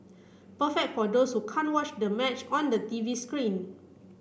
perfect for those who can't watch the match on the TV screen